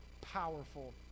powerful